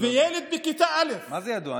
וילד בכיתה א' מה זה ידוע?